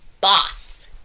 boss